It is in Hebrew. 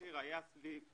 המחיר היה בערך